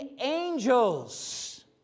angels